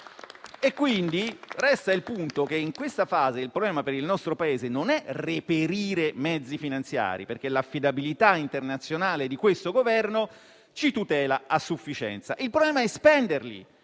Quindi, resta il punto che in questa fase il problema per il nostro Paese non è reperire mezzi finanziari, perché l'affidabilità internazionale di questo Governo ci tutela a sufficienza; il problema è spenderli